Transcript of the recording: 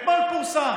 אתמול פורסם,